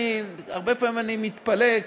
הרבה פעמים אני מתפלא,